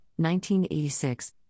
1986